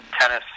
tennis